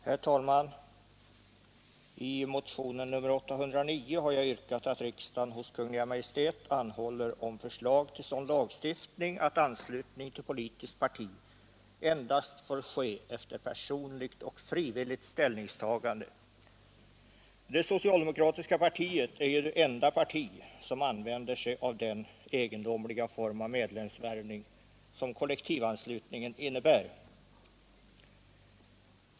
Herr talman! I motionen 809 har jag yrkat att riksdagen hos Kungl Maj:t anhåller om förslag till sådan lagstiftning att anslutning till politiskt parti endast får ske efter personligt och frivilligt ställningstagande. Det socialdemokratiska partiet är ju det enda parti som använder sig av den egendomliga form av medlemsvärvning som kollektivanslutningen innebär.